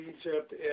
Egypt